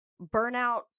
burnout